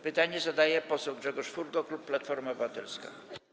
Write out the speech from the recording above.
Pytanie zadaje poseł Grzegorz Furgo, klub Platforma Obywatelska.